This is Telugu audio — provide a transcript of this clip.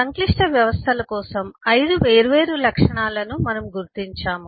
సంక్లిష్ట వ్యవస్థల కోసం 5 వేర్వేరు లక్షణాలను మనము గుర్తించాము